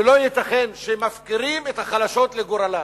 ולא ייתכן שמפקירים את החלשות לגורלן.